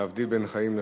להבדיל בין חיים לחיים,